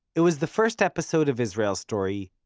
it was the first episode of israel story,